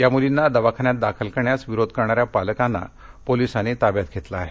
या मुलींना दवाखान्यात दाखल करण्यास विरोध करणाऱ्या पालकांना पोलिसांनी ताब्यात घेतलं आहे